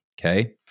Okay